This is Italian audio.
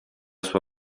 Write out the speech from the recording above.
sua